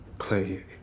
Clay